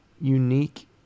unique